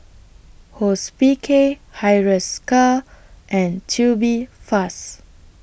Hospicare Hiruscar and Tubifast